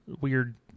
weird